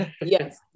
Yes